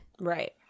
Right